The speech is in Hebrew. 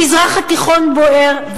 המזרח התיכון בוער.